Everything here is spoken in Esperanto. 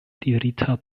dirita